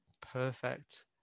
perfect